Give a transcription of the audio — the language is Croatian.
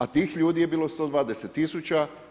A tih ljudi je bilo 120 tisuća.